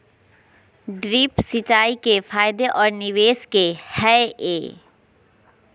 Drip सिंचाई के फायदे और निवेस कि हैय?